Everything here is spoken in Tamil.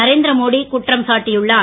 நரேந்திரமோடி குற்றம் சாட்டியுள்ளார்